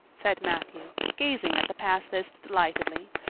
said matthew, gazing at the pass list delightedly.